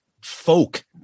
folk